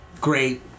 great